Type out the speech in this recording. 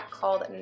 called